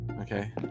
Okay